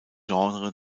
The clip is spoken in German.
genre